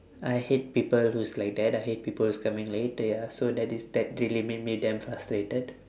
I hate people who's like that I hate people who come in late ya so that is that really make me damn frustrated